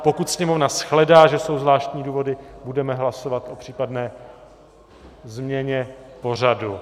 Pokud sněmovna shledá, že jsou zvláštní důvody, budeme hlasovat o případné změně pořadu.